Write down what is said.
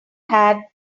had